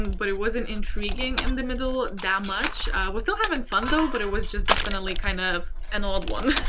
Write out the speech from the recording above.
and but it wasn't intriguing in the middle that much. i was still having fun though, but it was just definitely kind of an odd one.